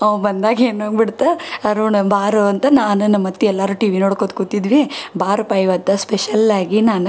ಅಂವಾ ಬಂದಾಗ ಏನಾಗ್ಬಿಡ್ತು ಅರುಣ್ ಬಾರೋ ಅಂತ ನಾನು ನಮ್ಮ ಅತ್ತೆ ಎಲ್ಲರೂ ಟಿವಿ ನೋಡ್ಕೊಳ್ತಾ ಕೂತಿದ್ವಿ ಬಾರಪ್ಪ ಈವತ್ತು ಸ್ಪೆಷಲ್ಲಾಗಿ ನಾನು